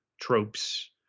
tropes